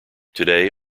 today